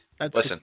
listen